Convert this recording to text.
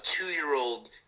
two-year-old